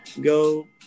Go